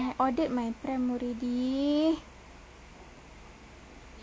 and then I ordered my pram already